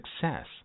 success